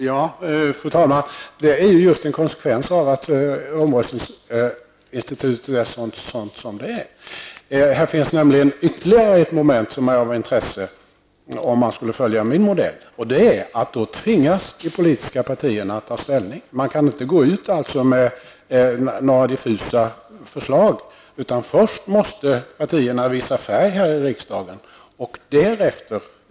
Fru talman! Detta är just en konsekvens av att omröstningsinstitutet är sådant som det är. Här finns nämligen ytterligare ett moment som är av intresse, om man skulle följa min modell. Då tvingas de politiska partierna att ta ställning. Man skulle inte kunna gå ut med diffusa förslag, utan först måste partierna visa färg här i riksdagen.